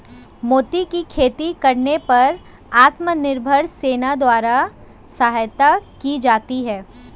मोती की खेती करने पर आत्मनिर्भर सेना द्वारा सहायता की जाती है